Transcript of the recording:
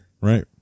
right